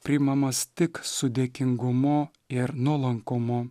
priimamas tik su dėkingumu ir nuolankumu